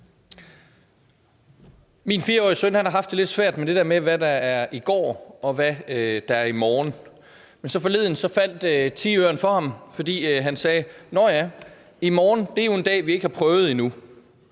Min 4-årige søn har haft lidt svært med, hvad der er i går, og hvad der er i morgen. Men forleden faldt tiøren for ham, for han sagde: Nå ja, i morgen er jo en dag, vi ikke har prøvet endnu.